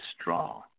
straw